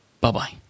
bye-bye